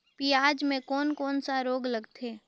पियाज मे कोन कोन सा रोग लगथे?